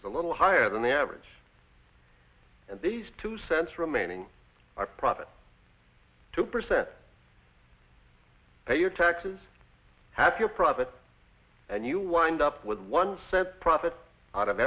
is a little higher than the average and these two cents remaining are profit two percent pay your taxes half your profit and you wind up with one set profit out of